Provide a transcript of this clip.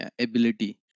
ability